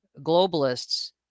globalists